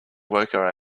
worker